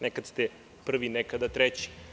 Nekada ste prvi, a nekada treći.